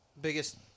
biggest